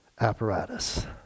apparatus